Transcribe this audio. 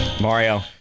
Mario